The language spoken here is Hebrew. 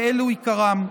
ואלו עיקרם: